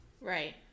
Right